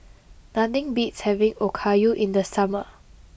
nothing beats having Okayu in the summer